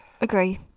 agree